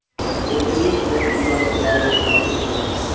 रोशिनी को ग्रीनहाउस के बारे में एक आलेख लिखना है